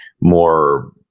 more